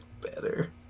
better